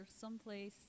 someplace